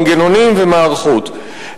מנגנונים ומערכות.